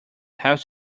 have